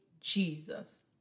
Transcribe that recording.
Jesus